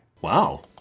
Wow